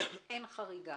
אין חריגה.